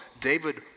David